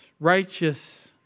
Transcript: Righteous